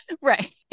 Right